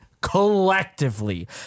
collectively